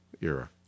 era